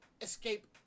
Escape